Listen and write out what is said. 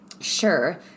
Sure